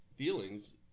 feelings